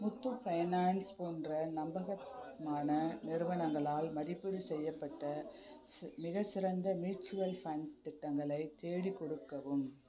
Muthoot Finance போன்ற நம்பகமான நிறுவனங்களால் மதிப்பீடு செய்யப்பட்ட சி மிகச்சிறந்த மியூச்சுவல் ஃபண்ட் திட்டங்களை தேடிக் கொடுக்கவும்